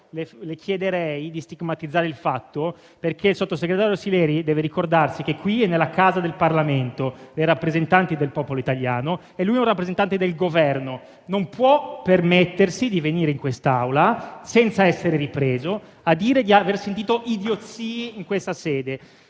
le chiederei di stigmatizzare il fatto, perché il sottosegretario Sileri deve ricordarsi che qui è nella casa del Parlamento, dei rappresentanti del popolo italiano e lui è un rappresentante del Governo. Non può permettersi di venire in quest'Aula, senza essere ripreso, a dire di aver sentito idiozie in questa sede.